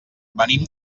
venim